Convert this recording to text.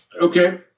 okay